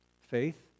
Faith